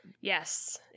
yes